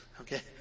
Okay